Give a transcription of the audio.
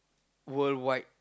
worldwide